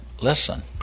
listen